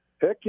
Heck